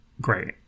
great